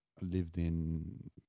lived-in